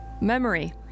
memory